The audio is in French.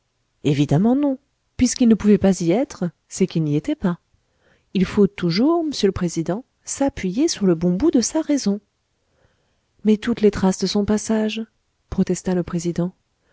évidemment non puisqu'il ne pouvait pas y être c'est qu'il n'y était pas il faut toujours m'sieur le président s'appuyer sur le bon bout de sa raison mais toutes les traces de son passage protesta le président